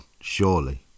surely